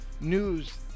news